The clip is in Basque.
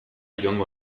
joango